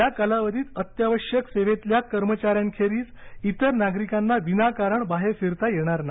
या कालावधीत अत्यावश्यक सेवेतल्या कर्मचाऱ्यांखेरीज इतर नागरिकांना विनाकारण बाहेर फिरता येणार नाही